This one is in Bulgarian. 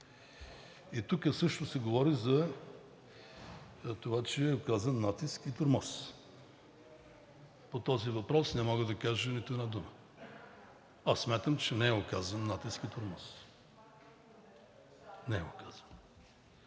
И тук също се говори за това, че е оказан натиск и тормоз. По този въпрос не мога да кажа нито една дума. Аз смятам, че не е оказан натиск и тормоз – не е оказан.